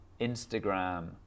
Instagram